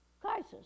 crisis